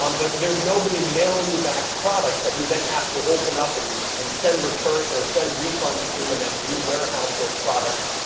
um but there's nobody mailing you back products that you then have to open up and and send return, or send refunds to, and then re-warehouse those products,